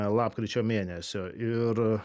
lapkričio mėnesio ir